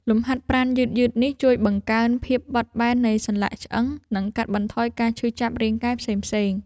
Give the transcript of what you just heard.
លំហាត់ប្រាណយឺតៗនេះ ជួយបង្កើនភាពបត់បែននៃសន្លាក់ឆ្អឹង និងកាត់បន្ថយការឈឺចាប់រាងកាយផ្សេងៗ។